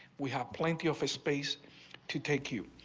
we have plenty of space to take you.